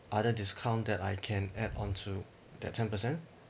other discount that I can add onto that ten percent